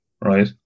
right